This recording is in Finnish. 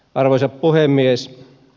arvoisa puhemies